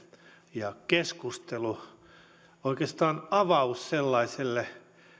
ja oikeastaan avaus sellaiselle